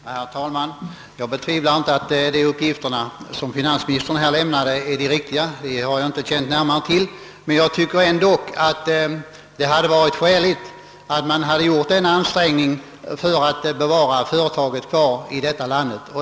Herr talman! Jag betvivlar inte att de uppgifter finansministern här lämnat är riktiga — jag har inte närmare känt till dem. Men jag tycker ändå att det hade varit skäligt att här göra en ansträngning för att hålla företaget kvar i landet.